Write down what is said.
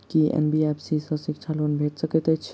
की NBFC सँ शिक्षा loan भेटि सकैत अछि?